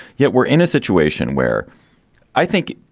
yet we're in a situation where i think,